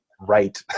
Right